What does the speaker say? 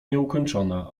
nieukończona